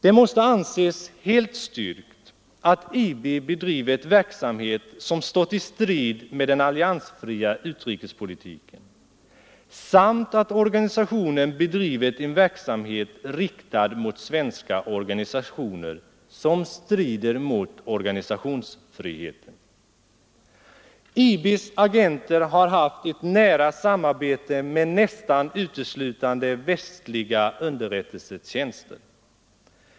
Det måste anses helt styrkt att IB bedrivit verksamhet som stått i strid med den alliansfria utrikespolitiken samt att organisationen bedrivit en verksamhet, riktad mot svenska organisationer, som strider mot organisationsfriheten. IB:s agenter har haft ett nära samarbete med nästan uteslutande västliga underrättelsetjänster.